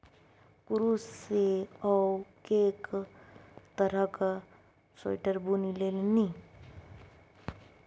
कुरूश सँ ओ कैक तरहक स्वेटर बुनि लेलनि